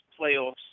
playoffs